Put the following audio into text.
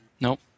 Nope